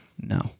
No